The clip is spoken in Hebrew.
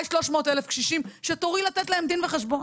300,000 קשישים שתורי לתת להם דין וחשבון.